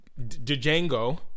Django